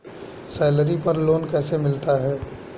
Salary पर loan कैसे मिलता है?